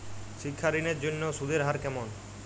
শিক্ষা ঋণ এর জন্য সুদের হার কেমন?